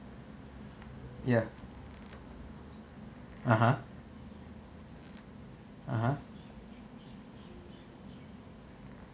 yeah (uh huh) (uh huh)